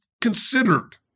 considered